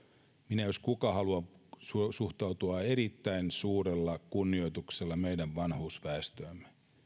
jos kuka haluan suhtautua erittäin suurella kunnioituksella meidän vanhusväestöömme